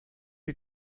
die